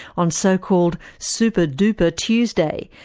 on so-called super-dooper tuesday,